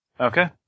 Okay